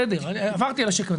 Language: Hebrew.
עברתי על השקף.